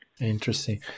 Interesting